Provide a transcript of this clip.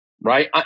right